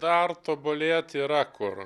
dar tobulėt yra kur